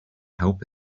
help